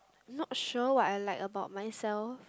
not sure what I like about myself